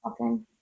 okay